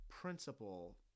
principle